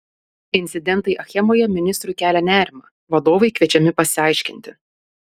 incidentai achemoje ministrui kelia nerimą vadovai kviečiami pasiaiškinti